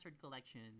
Collection